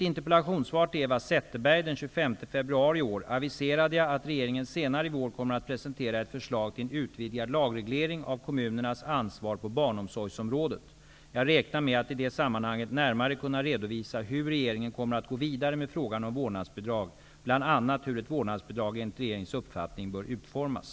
februari i år aviserade jag att regeringen senare i vår kommer att presentera ett förslag till en utvidgad lagreglering av kommunernas ansvar på barnomsorgsområdet. Jag räknar med att i det sammanhanget närmare kunna redovisa hur regeringen kommer att gå vidare med frågan om vårdnadsbidraget, bl.a. hur ett vårdnadsbidrag enligt regeringens uppfattning bör utformas.